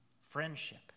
Friendship